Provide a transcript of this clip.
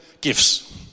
gifts